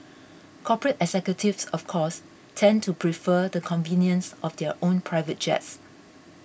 corporate executives of course tend to prefer the convenience of their own private jets